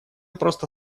просто